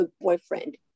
boyfriend